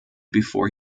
before